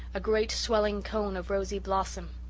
a great swelling cone of rosy blossom.